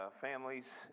families